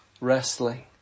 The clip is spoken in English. wrestling